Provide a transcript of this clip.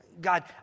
God